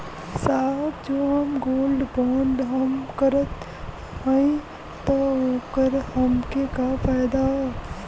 साहब जो हम गोल्ड बोंड हम करत हई त ओकर हमके का फायदा ह?